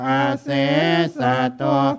asesato